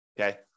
Okay